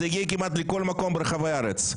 מגיעות כמעט לכל מקום ברחבי הארץ.